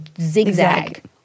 zigzag